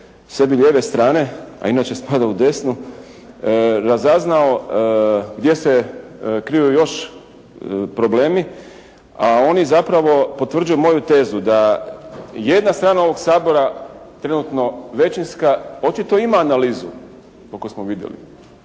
sebi lijeve strane, a inače spada u desnu, razaznao gdje se kriju još problemi a oni zapravo potvrđuju moju tezu da jedna strana ovog Sabora, trenutno većinska očito ima analizu, koliko smo vidjeli,